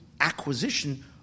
acquisition